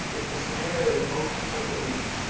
it's the scenario that most people believe